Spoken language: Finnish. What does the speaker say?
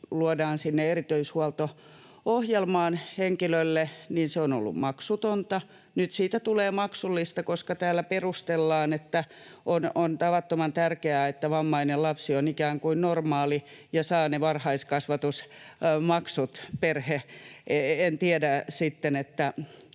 luodaan sinne henkilön erityishuolto-ohjelmaan. Nyt siitä tulee maksullista, koska täällä perustellaan, että on tavattoman tärkeää, että vammainen lapsi on ikään kuin normaali ja perhe saa ne varhaiskasvatusmaksut. En tiedä, päästäänkö